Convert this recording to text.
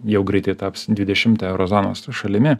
jau greitai taps dvidešimta euro zonos šalimi